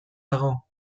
dago